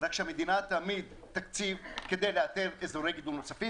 רק שהמדינה תעמיד תקציב כדי לאתר אזורי גידול נוספים